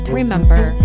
remember